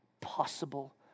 possible